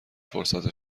فرصت